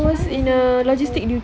macam mana seh kau